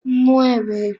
nueve